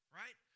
right